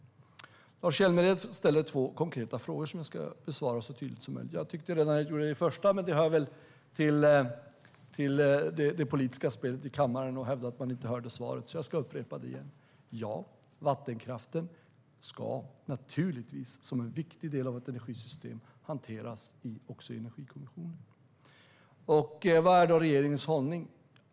Lars Hjälmered ställer två konkreta frågor, som jag ska besvara så tydligt som möjligt. Jag tyckte att jag gjorde det redan i mitt första inlägg. Men det hör väl till det politiska spelet i kammaren att hävda att man inte hörde svaret. Jag ska upprepa det igen: Ja, vattenkraften ska naturligtvis, som en viktig del av ett energisystem, också hanteras i Energikommissionen. Vad är då regeringens hållning?